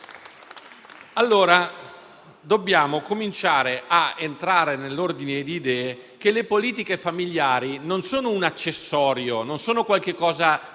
Dobbiamo cominciare a entrare nell'ordine di idee che le politiche familiari non sono un accessorio, non sono qualche cosa da